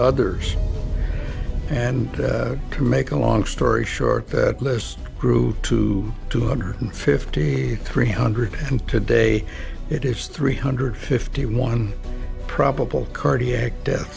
others and to make a long story short that list grew to two hundred fifty three hundred and today it is three hundred fifty one probable cardiac death